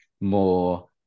more